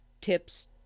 tips